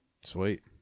Sweet